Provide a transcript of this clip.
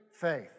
faith